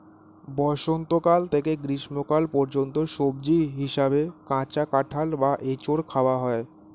বসন্তকাল থেকে গ্রীষ্মকাল পর্যন্ত সবজি হিসাবে কাঁচা কাঁঠাল বা এঁচোড় খাওয়া হয়